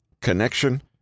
connection